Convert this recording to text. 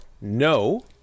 No